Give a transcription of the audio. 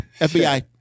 FBI